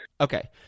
Okay